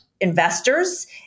investors